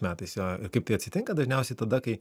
metais jo ir kaip tai atsitinka dažniausiai tada kai